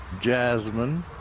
Jasmine